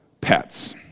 pets